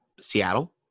Seattle